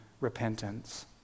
repentance